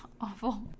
awful